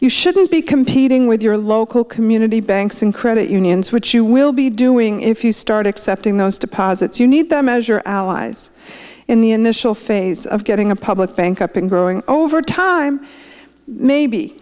you shouldn't be competing with your local community banks and credit unions which you will be doing if you start accepting those deposits you need them measure allies in the initial phase of getting a public bank up and growing over time maybe